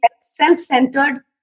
self-centered